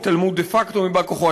התעלמות דה-פקטו מבא-כוחו,